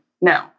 no